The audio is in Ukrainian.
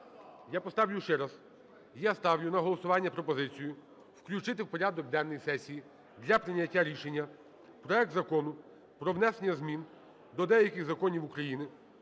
Я поставлю ще раз. І я ставлю на голосування пропозицію включити в порядок денний сесії для прийняття рішення проект Закону про внесення змін до деяких законів України